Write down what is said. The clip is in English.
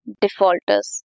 defaulters